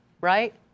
right